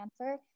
answer